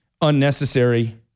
unnecessary